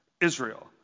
Israel